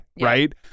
right